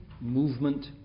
movement